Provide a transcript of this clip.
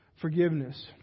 forgiveness